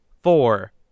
four